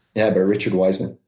yeah, by richard wiseman.